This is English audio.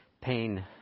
pain